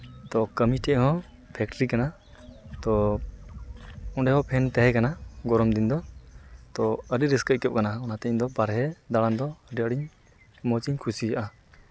ᱛᱚ ᱠᱟᱹᱢᱤ ᱴᱷᱮᱡ ᱦᱚᱸ ᱯᱷᱮᱠᱴᱮᱨᱤ ᱠᱟᱱᱟ ᱛᱚ ᱚᱸᱰᱮ ᱦᱚᱸ ᱯᱷᱮᱱ ᱛᱟᱦᱮᱸ ᱠᱟᱱᱟ ᱜᱚᱨᱚᱢ ᱫᱤᱱ ᱫᱚ ᱛᱚ ᱟᱹᱰᱤ ᱨᱟᱹᱥᱠᱟᱹ ᱟᱹᱭᱠᱟᱹᱜ ᱠᱟᱱᱟ ᱚᱱᱟᱛᱮ ᱤᱧᱫᱚ ᱵᱟᱦᱨᱮ ᱫᱟᱬᱟᱱ ᱫᱚ ᱟᱹᱰᱤ ᱟᱸᱴᱤᱧ ᱢᱚᱡᱽ ᱤᱧ ᱠᱩᱥᱤᱭᱟᱜᱼᱟ